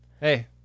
Hey